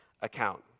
account